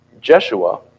Jeshua